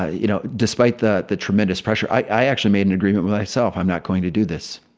ah you know, despite that, the tremendous pressure, i actually made an agreement myself, i'm not going to do this.